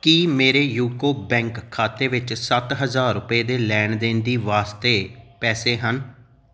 ਕੀ ਮੇਰੇ UCO bank ਖਾਤੇ ਵਿੱਚ ਸੱਤ ਹਜ਼ਾਰ ਰੁਪਏ ਦੇ ਲੈਣ ਦੇਣ ਦੇ ਵਾਸਤੇ ਪੈਸੇ ਹਨ